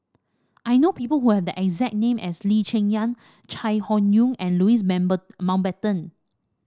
I know people who have the exact name as Lee Cheng Yan Chai Hon Yoong and Louis Member Mountbatten